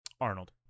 Arnold